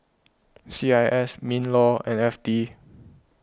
C I S MinLaw and F T